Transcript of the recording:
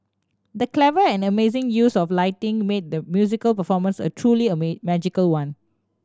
the clever and amazing use of lighting made the musical performance a truly a may magical one